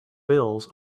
bills